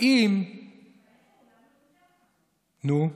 האם נו,